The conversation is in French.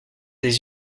des